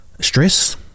stress